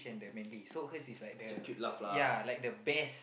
and the manly so hers is like the yeah like the best